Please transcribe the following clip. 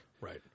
right